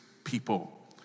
People